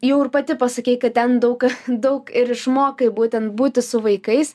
jau ir pati pasakei kad ten daug daug ir išmokai būtent būti su vaikais